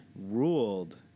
ruled